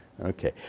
Okay